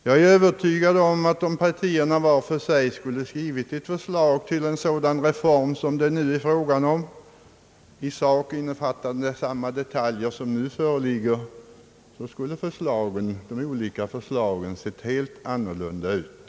Jag är övertygad om att om partierna var för sig hade skrivit ett förslag till en sådan reform som det nu är frågan om, i sak innefattande samma detaljer som den nu föreliggande, så skulle de olika förslagen ha sett helt annorlunda ut.